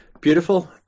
beautiful